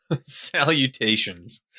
Salutations